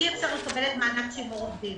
אי אפשר לקבל מענק שימור עובדים.